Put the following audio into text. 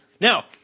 Now